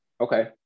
Okay